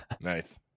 Nice